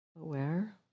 Aware